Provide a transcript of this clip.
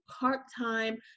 part-time